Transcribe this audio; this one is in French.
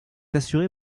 assurée